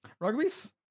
Rugby's